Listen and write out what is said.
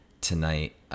tonight